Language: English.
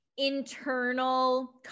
Internal